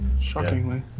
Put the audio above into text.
Shockingly